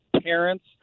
parents